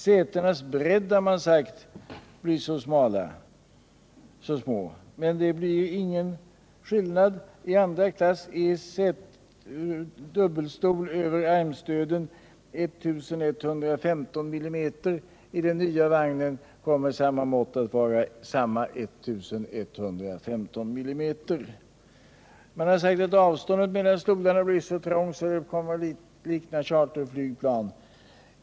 Sätena kommer att bli smala, har man sagt, men det blir ingen skillnad mot nuvarande bredd. I andra klass är bredden på en dubbelstol över armstöden 1 115 mm. I de nya vagnarna kommer måttet att vara detsamma, I 115 mm. Man har sagt att avståndet mellan stolarna blir så litet att vagnarna kommer att likna charterflygplan.